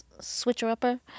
switcher-upper